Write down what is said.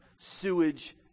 Sewage